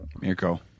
Mirko